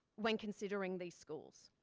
when considering the schools.